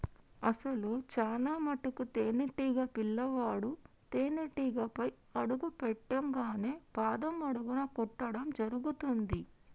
అసలు చానా మటుకు తేనీటీగ పిల్లవాడు తేనేటీగపై అడుగు పెట్టింగానే పాదం అడుగున కుట్టడం జరుగుతుంది